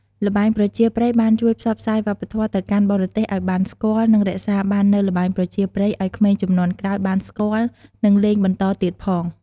ល្បែងប្រជាប្រិយបានជួយផ្សព្វផ្សាយវប្បធម៌ទៅកាន់បរទេសឲ្យបានស្គាល់ និងរក្សាបាននូវល្បែងប្រជាប្រិយឲ្យក្មេងជំនាន់ក្រោយបានស្គាល់ និងលេងបន្តទៀតផង។